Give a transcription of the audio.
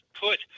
put